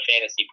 fantasy